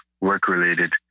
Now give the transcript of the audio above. work-related